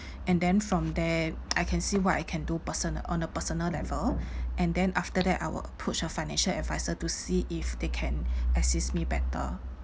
and then from there I can see what I can do personal on a personal level and then after that I'll approach a financial adviser to see if they can assist me better